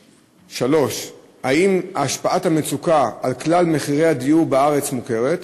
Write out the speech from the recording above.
3. האם השפעת המצוקה על כלל מחירי הדיור בארץ מוכרת?